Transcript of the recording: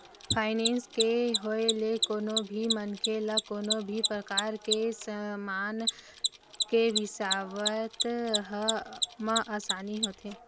finance के होय ले कोनो भी मनखे ल कोनो भी परकार के समान के बिसावत म आसानी होथे